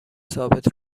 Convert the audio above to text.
ثابت